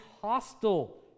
hostile